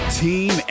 team